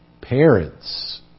parents